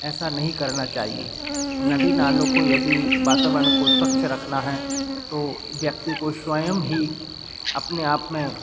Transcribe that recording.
ऐसा नहीं करना चाहिए नदी नालों को यदि वातावरण को स्वच्छ रखना है तो व्यक्ति को स्वयं ही अपने आप में